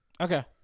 Okay